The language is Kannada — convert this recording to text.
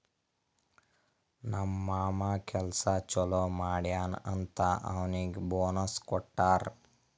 ನಮ್ ಮಾಮಾ ಕೆಲ್ಸಾ ಛಲೋ ಮಾಡ್ಯಾನ್ ಅಂತ್ ಅವ್ನಿಗ್ ಬೋನಸ್ ಕೊಟ್ಟಾರ್